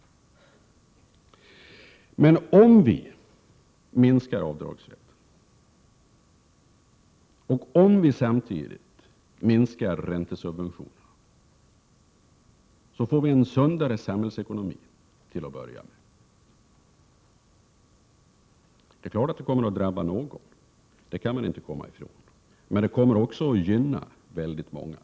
Men om vi minskar avdragsrätten och om vi samtidigt minskar räntesubventionerna får vi till att börja med en sundare samhällsekonomi. Det är klart att detta kommer att drabba någon, det kan man inte komma ifrån. Men det kommer också att gynna väldigt många.